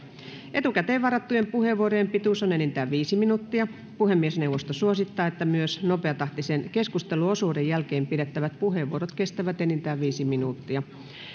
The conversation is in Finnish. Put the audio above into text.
etukäteen varattujen puheenvuorojen pituus on enintään viisi minuuttia puhemiesneuvosto suosittaa että myös nopeatahtisen keskusteluosuuden jälkeen pidettävät puheenvuorot kestävät enintään viisi minuuttia